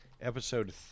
Episode